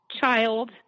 child